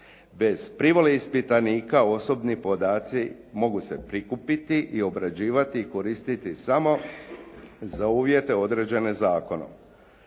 Bez privole ispitanika osobni podaci mogu se prikupiti i obrađivati i koristiti samo za uvjete određene zakonom.